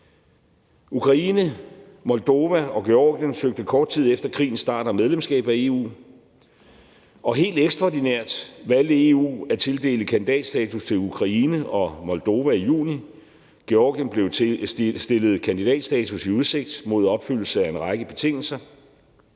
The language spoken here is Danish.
Ukraine, Moldova og Georgien søgte kort tid efter krigens start om medlemskab af EU, og helt ekstraordinært valgte EU i juni at tildele kandidatstatus til Ukraine og Moldova, og Georgien blev stillet kandidatstatus i udsigt mod opfyldelse af en række betingelser.